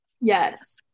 Yes